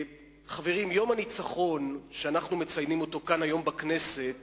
חברים, יום הניצחון שאנחנו מציינים כאן היום בכנסת